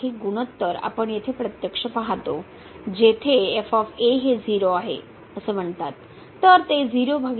हे गुणोत्तर आपण येथे प्रत्यक्ष पाहतो जेथे हे 0 आहे असे म्हणतात